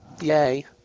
Yay